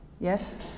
Yes